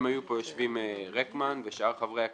היו יושבים פה רקמן ושאר חברי הכנסת.